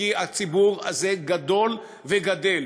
כי הציבור הזה גדול וגדל.